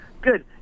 Good